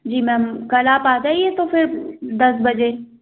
जी ma'am कल आप आ जाइए तो फिर दस बजे